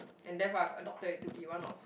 and therefore I've adopted it to be one of